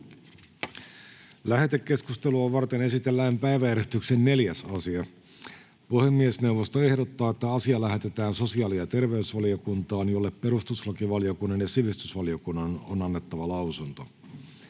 Lähetekeskustelua varten esitellään päiväjärjestyksen 4. asia. Puhemiesneuvosto ehdottaa, että asia lähetetään sosiaali- ja terveysvaliokuntaan, jolle perustuslakivaliokunnan ja sivistysvaliokunnan on annettava lausunto.